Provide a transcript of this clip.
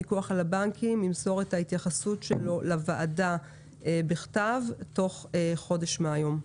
הפיקוח על הבנקים ימסור את ההתייחסות שלו לוועדה בכתב תוך חודש מהיום.